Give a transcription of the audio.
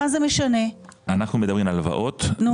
אנחנו מדברים על הלוואות ומבחינתנו